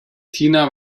tina